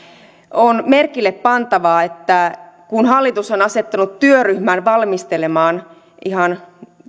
on merkille pantavaa että hallitus on asettanut työryhmän valmistelemaan ihan